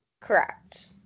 Correct